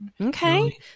okay